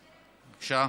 בבקשה.